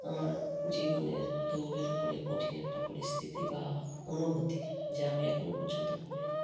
আমার জীবনের দৌড়ের উপরে কঠিন একটা পরিস্থিতি বা অনুভূতি যে আমি এখনো পর্যন্ত ভুলিনি